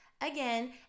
again